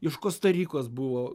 iš kosta rikos buvo